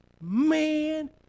man